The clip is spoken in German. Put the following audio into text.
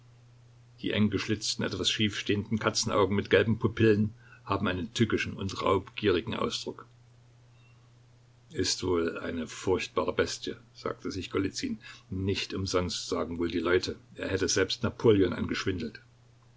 die enggeschlitzten etwas schief stehenden katzenaugen mit gelben pupillen haben einen tückischen und raubgierigen ausdruck ist wohl eine furchtbare bestie sagte sich golizyn nicht umsonst sagen wohl die leute er hätte selbst napoleon angeschwindelt